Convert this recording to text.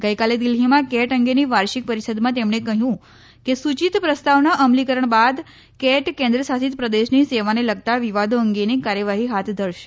ગઈકાલે દિલ્ફીમાં કેટ અંગેની વાર્ષિક પરિષદમાં તેમણે કહ્યું કે સુચિત પ્રસ્તાવના અમલીકરણ બાદ કેટ કેન્દ્રશાસિત પ્રદેશની સેવાને લગતા વિવાદો અંગેની કાર્યવાહી હાથ ધરી શકશે